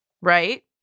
right